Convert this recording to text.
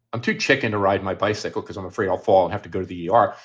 i'm too chicken to ride my bicycle because i'm afraid i'll fall and have to go to the e r.